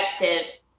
effective